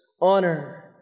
honor